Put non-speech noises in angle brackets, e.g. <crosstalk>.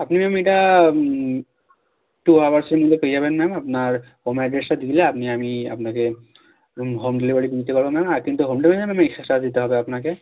আপনি ম্যাম এটা টু আওয়ারসের মধ্যে পেয়ে যাবেন ম্যাম আপনার হোম অ্যাড্রেসটা দিলে আপনি আমি আপনাকে হোম ডেলিভারি নিতে পারবেন ম্যাম আর কিন্তু হোম ডেলিভারি <unintelligible> এক্সট্রা চার্জ দিতে হবে আপনাকে